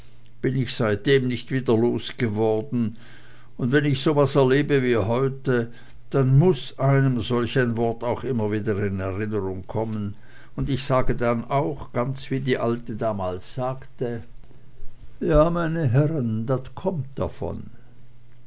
bin ich seitdem nicht wieder losgeworden und wenn ich so was erlebe wie heute dann muß einem solch wort auch immer wieder in erinnerung kommen und ich sage dann auch ganz wie die alte damals sagte ja meine herren dat kommt davon